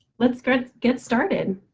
let's get let's get started.